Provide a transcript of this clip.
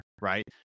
right